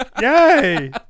Yay